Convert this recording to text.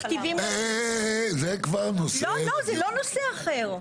אה, זה כבר נושא אחר.